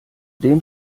dem